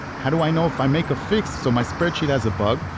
how do i know if i make a fix? so my spreadsheet has a bug.